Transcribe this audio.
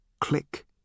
Click